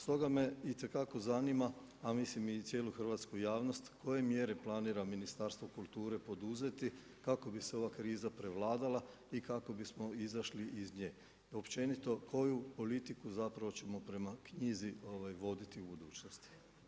Stoga me itekako zanima, a mislim i cijelu hrvatsku javnost koje mjere planira Ministarstvo kulture poduzeti kako bi se ova kriza prevladala i kako bismo izašli iz nje, općenito koju politiku ćemo prema knjizi voditi u budućnosti?